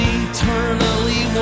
eternally